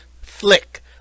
flick